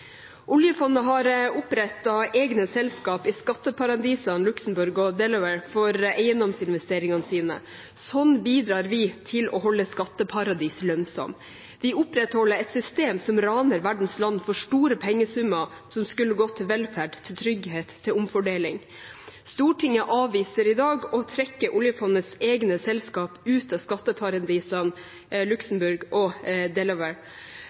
Oljefondet har opprettet egne selskap i skatteparadisene Luxemburg og Delaware for eiendomsinvesteringene sine. Slik bidrar vi til å holde skatteparadiser lønnsomme. Vi opprettholder et system som raner verdens land for store pengesummer som skulle gått til velferd, til trygghet og til omfordeling. Stortinget avviser i dag å trekke oljefondets egne selskap ut av skatteparadisene Luxemburg og